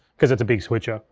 cause it's a big switcher.